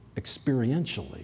experientially